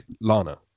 Lana